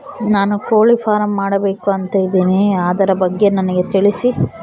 ನಾನು ಕೋಳಿ ಫಾರಂ ಮಾಡಬೇಕು ಅಂತ ಇದಿನಿ ಅದರ ಬಗ್ಗೆ ನನಗೆ ತಿಳಿಸಿ?